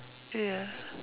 ya